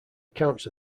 accounts